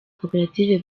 koperative